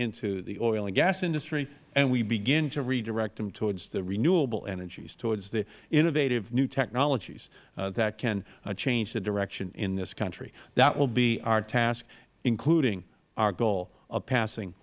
into the oil and gas industry and we begin to redirect them towards the renewable energies towards the innovative new technologies that can change the direction in this country that will be our task including our goal of passing